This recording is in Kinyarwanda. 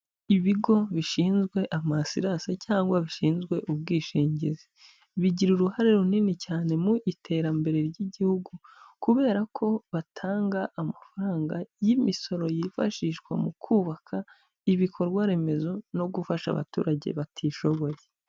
Ibigo bishinzwe amasiranse cyangwa bishinzwe ubwishingizi, bigira uruhare runini cyane mu iterambere ry'igihugu kubera ko batanga amafaranga y'imisoro, yifashishwa mu kubaka ibikorwa remezo no gufasha abaturage batishoboye.